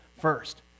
first